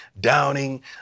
downing